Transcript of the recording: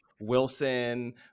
Wilson